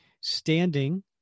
standing